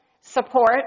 support